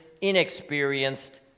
inexperienced